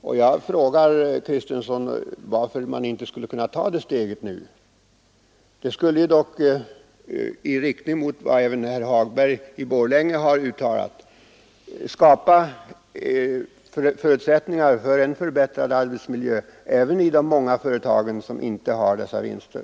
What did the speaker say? Varför, herr Kristenson, skulle man inte kunna ta det steget nu? Det skulle ju — och här kommer jag också in på vad herr Hagberg i Borlänge har talat om — skapa förutsättningar för en förbättrad arbetsmiljö även i de många företag som inte har dessa vinster.